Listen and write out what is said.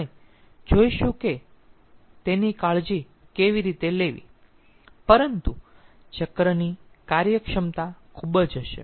આપણે જોઈશું કે તેની કાળજી કેવી રીતે લેવી પરંતુ ચક્રની કાર્યક્ષમતા ખૂબ જ હશે